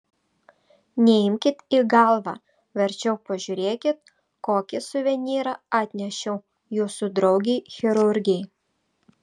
neimkit į galvą verčiau pažiūrėkit kokį suvenyrą atnešiau jūsų draugei chirurgei